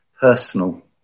personal